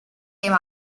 came